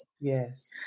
Yes